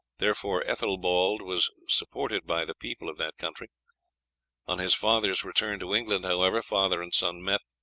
therefore ethelbald was supported by the people of that country on his father's return to england, however, father and son met,